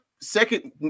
second